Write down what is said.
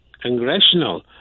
congressional